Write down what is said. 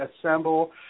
assemble